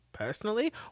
Personally